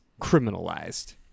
criminalized